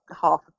half